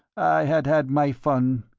had had my fun.